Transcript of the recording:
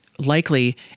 likely